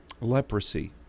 leprosy